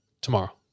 tomorrow